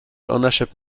ownership